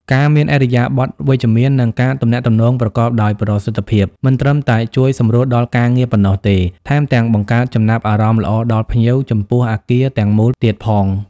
ការមានឥរិយាបថវិជ្ជមាន និងការទំនាក់ទំនងប្រកបដោយប្រសិទ្ធភាព មិនត្រឹមតែជួយសម្រួលដល់ការងារប៉ុណ្ណោះទេ ថែមទាំងបង្កើតចំណាប់អារម្មណ៍ល្អដល់ភ្ញៀវចំពោះអគារទាំងមូលទៀតផង។